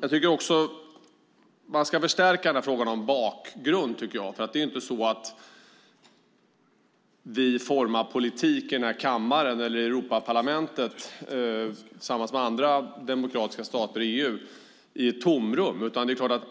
Jag tycker också att man ska förstärka frågan om bakgrund, för det är inte så att vi formar politik här i kammaren eller i Europaparlamentet tillsammans med andra demokratiska stater i EU i ett tomrum.